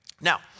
Now